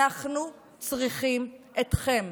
אנחנו צריכים אתכם.